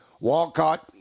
Walcott